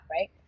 right